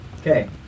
Okay